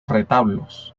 retablos